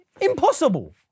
Impossible